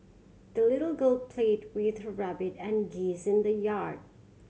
the little girl played with her rabbit and geese in the yard